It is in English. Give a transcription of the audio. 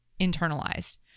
internalized